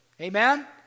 Amen